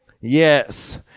Yes